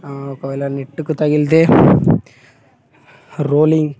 ఒకవేళ నెట్కు తగిలితే రోలింగ్